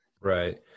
Right